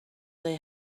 they